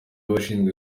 abashinzwe